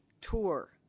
tour